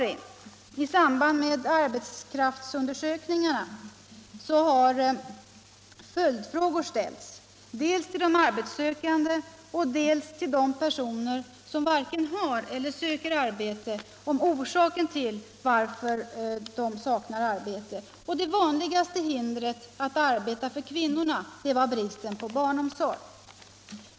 I samband med arbetskraftsundersökningarna har fr.o.m. januari följdfrågor ställts angående orsaken till att man saknar arbete, dels till de arbetssökande, dels till de personer som varken har eller söker arbete. Det vanligaste hindret var för kvinnorna bristen på barnomsorg.